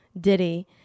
Diddy